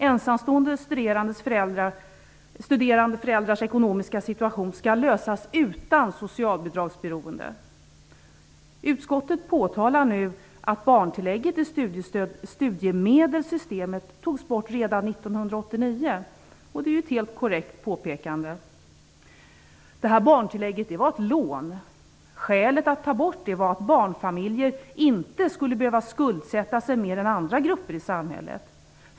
Ensamstående studerande föräldrars ekonomiska situation skall lösas utan socialbidragsberoende. Utskottet påtalar nu att barntillägget i studiemedelssystemet togs bort redan 1989. Det är ett helt korrekt påpekande. Det barntillägget var ett lån. Skälet för att ta bort det var att barnfamiljer inte skulle behöva skuldsätta sig mer än andra grupper i samhället.